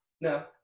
No